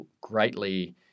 greatly